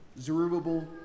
Zerubbabel